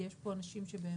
כי יש פה אנשים באמת,